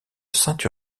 sainte